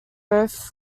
both